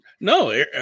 No